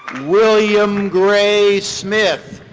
william gray smith.